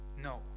No